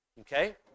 okay